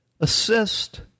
assist